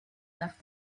left